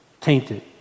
tainted